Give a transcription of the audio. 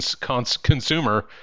consumer